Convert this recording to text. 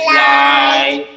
light